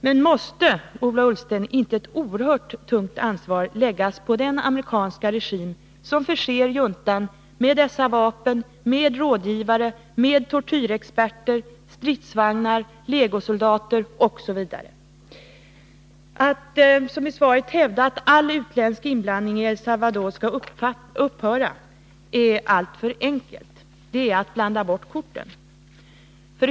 Men måste, Ola Ullsten, inte ett oerhört tungt ansvar läggas på den amerikanska regim som förser juntan med vapen, rådgivare, tortyrexperter, stridsvagnar, legosoldater osv.? Att som i svaret hävda att all utländsk inblandning i El Salvador skall upphöra är alltför enkelt. Det är att blanda bort korten.